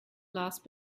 last